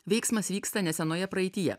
veiksmas vyksta nesenoje praeityje